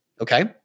okay